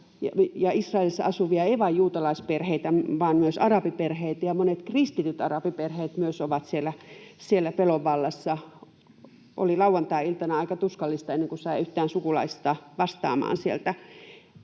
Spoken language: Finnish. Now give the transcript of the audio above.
Israelissa asuvia ei vain juutalaisperheitä vaan myös arabiperheitä, ja myös monet kristityt arabiperheet ovat siellä pelon vallassa. Oli lauantai-iltana aika tuskallista ennen kuin sai yhtään sukulaista vastaamaan sieltä.